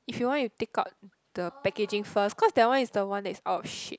if you want you take out the packaging first cause that one is the one that is out of shape